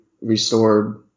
restored